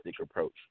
approach